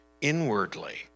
inwardly